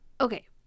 Okay